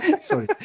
Sorry